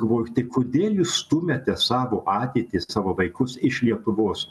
galvoji tai kodėl jūs stumiate savo ateitį savo vaikus iš lietuvos